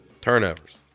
turnovers